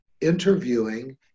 interviewing